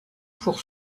pour